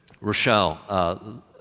Rochelle